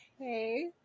okay